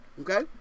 okay